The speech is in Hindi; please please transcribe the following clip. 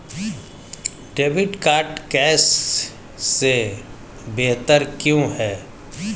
डेबिट कार्ड कैश से बेहतर क्यों है?